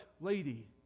lady